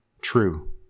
true